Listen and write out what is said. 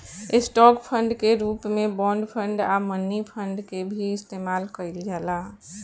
stock fund के रूप में बॉन्ड फंड आ मनी फंड के भी इस्तमाल कईल जाला